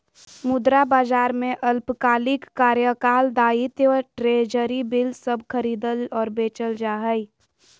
मुद्रा बाजार में अल्पकालिक कार्यकाल दायित्व ट्रेज़री बिल सब खरीदल और बेचल जा हइ